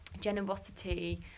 generosity